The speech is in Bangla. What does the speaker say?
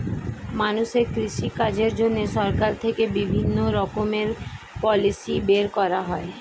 মানুষের কৃষি কাজের জন্য সরকার থেকে বিভিন্ন রকমের পলিসি বের করা হয়